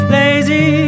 lazy